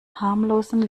harmlosen